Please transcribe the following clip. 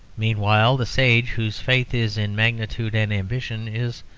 meanwhile, the sage whose faith is in magnitude and ambition is,